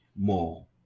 more